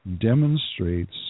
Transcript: demonstrates